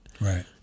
Right